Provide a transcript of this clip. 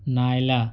نائلہ